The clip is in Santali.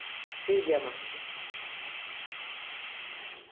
ᱴᱷᱤᱠᱜᱮᱭᱟ ᱢᱟ